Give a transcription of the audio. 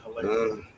hilarious